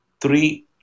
three